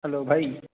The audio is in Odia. ହ୍ୟାଲୋ ଭାଇ